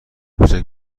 کوچک